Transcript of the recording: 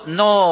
no